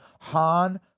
Han